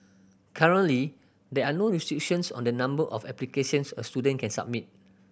currently there are no restrictions on the number of applications a student can submit